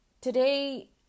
today